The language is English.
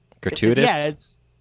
Gratuitous